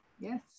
Yes